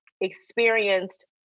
experienced